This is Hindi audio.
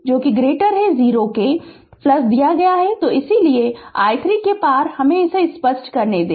तो इसलिए i 3 के पार हमे इसे स्पष्ट करने दें